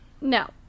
No